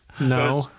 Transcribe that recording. No